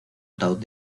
ataúd